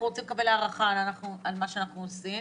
רוצים לקבל הערכה על מה שאנחנו עושים,